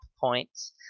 points